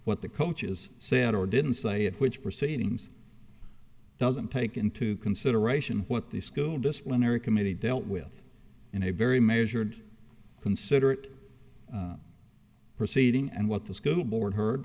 what the coaches said or didn't say at which proceedings doesn't take into consideration what the school disciplinary committee dealt with in a very measured considerate proceeding and what the school board h